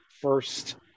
first